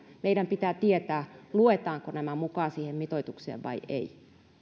meidän pitää tietää luetaanko nämä mukaan siihen mitoitukseen vai ei